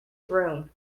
broom